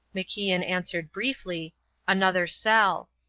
macian answered briefly another cell.